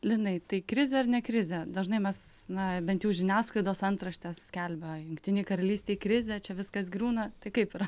linai tai krizė ar ne krizė dažnai mes na bent jau žiniasklaidos antraštės skelbia jungtinei karalystei krizė čia viskas griūna tai kaip yra